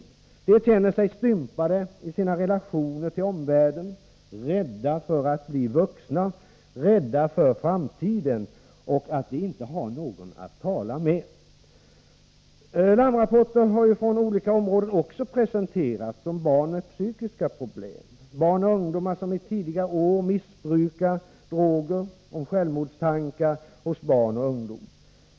De barn det gäller känner sig stympade i sina relationer till omvärlden, rädda för att bli vuxna, rädda för framtiden och därför att de inte har någon att tala med. Larmrapporter har från olika områden presenterats om barn med psykiska problem, om barn och ungdomar som i tidiga år missbrukar droger och om självmordstankar hos barn och ungdomar.